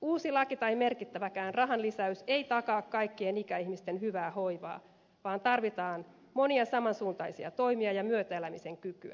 uusi laki tai merkittäväkään rahanlisäys ei takaa kaikkien ikäihmisten hyvää hoivaa vaan tarvitaan monia samansuuntaisia toimia ja myötäelämisen kykyä